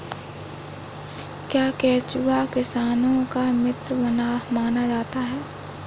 क्या केंचुआ किसानों का मित्र माना जाता है?